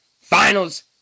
finals